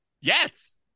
Yes